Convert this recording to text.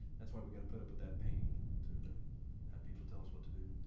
that's why we've got to put up with that pain to and have people tell us what to do.